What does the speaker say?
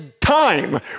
time